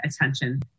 attention